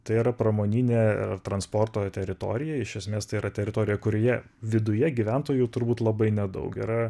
tai yra pramoninė transporto teritorija iš esmės tai yra teritorija kurioje viduje gyventojų turbūt labai nedaug yra